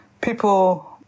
people